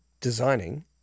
designing